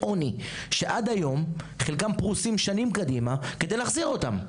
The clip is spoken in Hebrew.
שעד היום חלקם פרוסים שנים קדימה כדי להחזיר אותם.